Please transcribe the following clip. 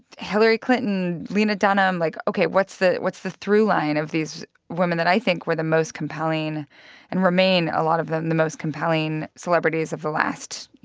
hillary clinton, lena dunham, like, ok, what's the what's the throughline of these women that i think were the most compelling and remain a lot of them the most compelling celebrities of the last, you